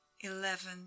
Eleven